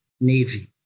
Navy